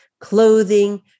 clothing